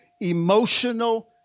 emotional